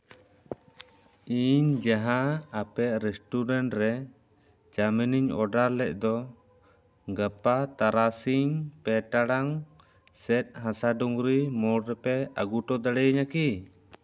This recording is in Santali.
ᱤᱧ ᱡᱟᱦᱟᱸ ᱟᱯᱮᱭᱟᱜ ᱨᱮᱥᱴᱩᱨᱮᱱᱴ ᱨᱮ ᱪᱟᱣᱢᱤᱱ ᱤᱧ ᱚᱰᱟᱨ ᱞᱮᱜ ᱫᱚ ᱜᱟᱯᱟ ᱛᱟᱨᱟᱥᱤᱧ ᱯᱮ ᱭᱟᱲᱟᱝ ᱥᱮ ᱦᱟᱥᱟ ᱰᱩᱝᱨᱤ ᱢᱳᱲ ᱨᱮᱯᱮ ᱟᱜᱩ ᱦᱚᱴᱚ ᱫᱟᱲᱮ ᱤᱧᱟᱹ ᱠᱤ